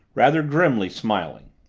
rather grimly smiling.